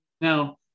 Now